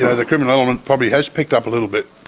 yeah the criminal element probably has picked up a little bit.